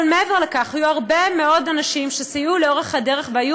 אבל מעבר לכך היו הרבה אנשים שסייעו לאורך הדרך והיו